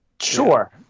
Sure